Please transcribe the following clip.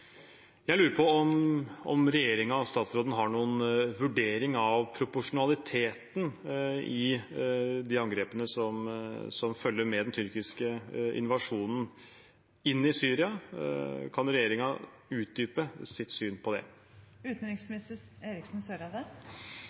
Jeg lurer på om regjeringen og utenriksministeren har noen vurdering av proporsjonaliteten i de angrepene som følger med den tyrkiske invasjonen i Syria. Kan regjeringen utdype sitt syn på det?